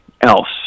else